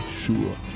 sure